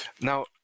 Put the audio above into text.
Now